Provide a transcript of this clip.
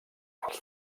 els